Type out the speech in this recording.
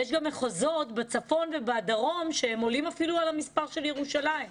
יש גם מחוזות בצפון ובדרום שעולים אפילו על המספר של ירושלים.